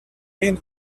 been